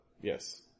yes